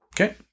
Okay